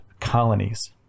colonies